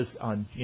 on